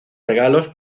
regalos